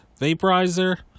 vaporizer